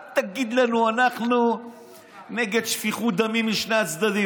אל תגיד לנו: אנחנו נגד שפיכות דמים משני הצדדים.